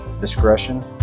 Discretion